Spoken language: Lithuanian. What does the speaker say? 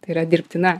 tai yra dirbtina